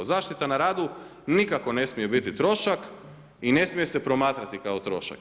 Zaštita na radu nikako ne smije biti trošak i ne smije se promatrati kao trošak.